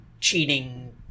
cheating